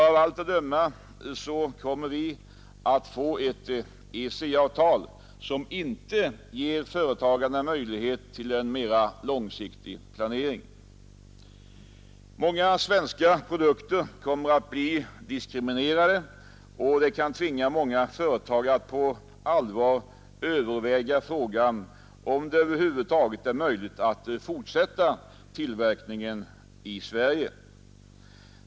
Av allt att döma kommer vi att få ett EEC-avtal som inte ger företagarna möjlighet till en långsiktig planering. Flera svenska produkter kommer att bli diskriminerade, och det kan tvinga många företag att på allvar överväga frågan om det över huvud taget är möjligt att fortsätta tillverkningen i Sverige.